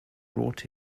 brought